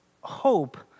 hope